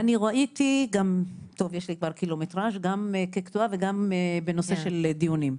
יש לי קילומטרז' גם כקטועה וגם בנושא דיונים.